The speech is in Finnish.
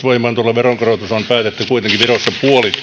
voimaan tuleva veronkorotus on päätetty kuitenkin virossa puolittaa